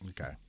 Okay